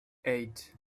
eight